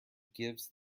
gives